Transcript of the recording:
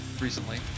recently